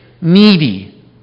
Needy